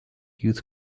youth